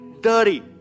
dirty